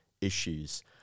issues